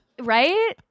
Right